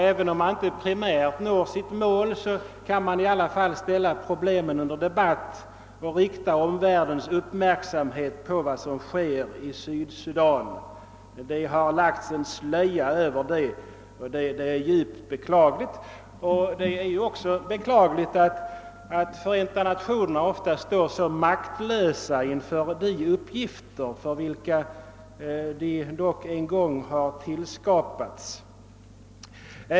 även om man inte primärt når sitt mål, kan man i alla fall ställa problemen under debatt och rikta omvärldens uppmärksamhet på vad som sker i Sydsudan. Det har lagts en slöja över det, vilket är djupt beklagligt. Det är också beklagligt att Förenta Nationerna ofta står så maktlösa inför de uppgifter, för vilka organisationen dock en gång har tillskapats.